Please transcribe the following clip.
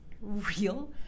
real